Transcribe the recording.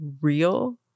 real